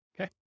Okay